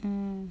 mm